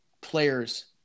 players